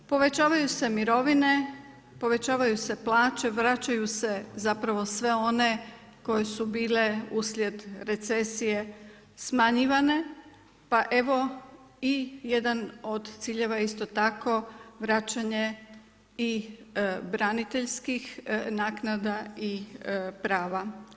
Povećavaju se mirovine, povećavaju se plaće, vraćaju se zapravo sve one koje su bile uslijed recesije smanjivane, pa evo i jedan od ciljeva isto tako vraćanje i braniteljskih naknada i prava.